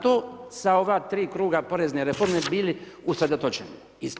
to sa ova tri kruga porezne reforme bili usredotočeni.